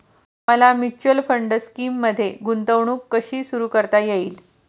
मला mutual fund स्कीममध्ये गुंतवणूक कशी सुरू करता येईल?